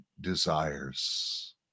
desires